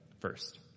first